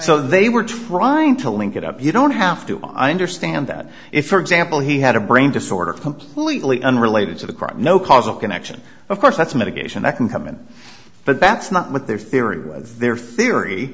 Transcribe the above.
so they were trying to link it up you don't have to understand that if for example he had a brain disorder completely unrelated to the crime no causal connection of course that's mitigation that can come in but that's not what their theory their theory